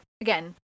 Again